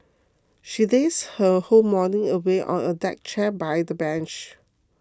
she lazed her whole morning away on a deck chair by the beach